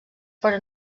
però